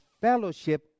fellowship